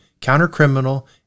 counter-criminal